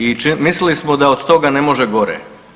I mislili smo da od toga ne može gore.